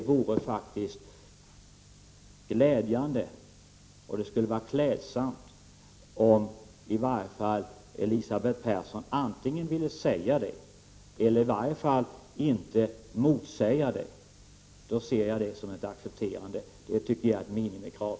Jag tycker att det vore glädjande, och det skulle vara klädsamt om Elisabeth Persson antingen ville säga det eller i varje fall inte motsäga det. Då ser jag det som ett accepterande. Det tycker jag är ett minimikrav.